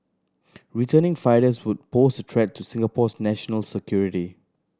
returning fighters would pose a threat to Singapore's national security